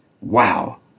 Wow